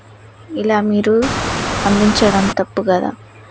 ఇలా మీరు అందించడం తప్పు కదా